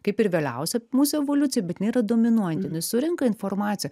kaip ir vėliausia mūsų evoliucijoj bet jinai yra dominuojanti jinai surenka informaciją